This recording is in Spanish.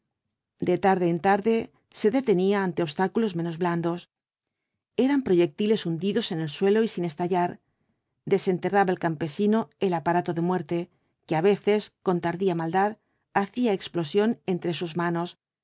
de tarde en tarde se detenía ante v blasco ibáñbz obstáculos menos blandos eran proyectiles hundidos en el suelo y sin estallar desenterraba el campesino el aparato de muerte que á veces con tardía maldad hacía explosión entre sus manos